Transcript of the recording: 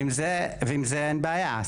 ועם זה אין בעיה.